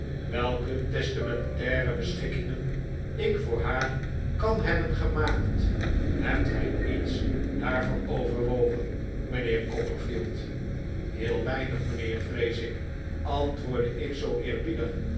welke testamentaire beschikkingen ik voor haar kan hebben gemaakt hebt gij iets daarvan overwogen mijnheer copperfield heel weinig mijnheer vrees ik antwoordde ik zoo eerbiedig